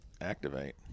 activate